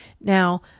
Now